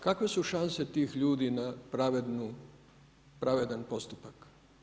Kakve su šanse tih ljudi na pravedan postupak?